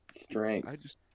Strength